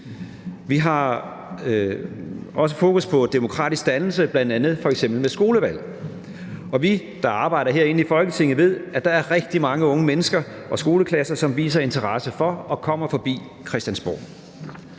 Vi har også fokus på demokratisk dannelse, f.eks. med skolevalg, og vi, der arbejder herinde i Folketinget, ved, at der er rigtig mange unge mennesker og skoleklasser, som viser interesse for og kommer forbi Christiansborg.